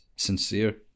sincere